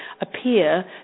appear